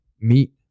meet